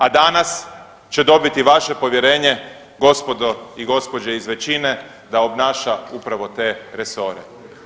A danas će dobiti vaše povjerenje gospodo i gospođe iz većine da obnaša upravo te resore.